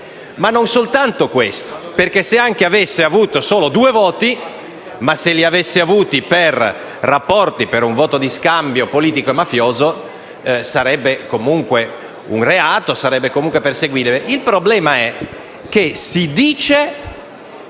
Ma non soltanto questo, perché se anche avesse avuto solo due voti e li avesse avuti per rapporti, per un voto di scambio politico-mafioso, sarebbe comunque un reato e sarebbe perseguibile. Il problema è che si dice